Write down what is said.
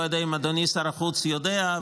אני לא יודע אם אדוני שר החוץ יודע,